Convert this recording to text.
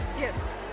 Yes